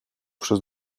przez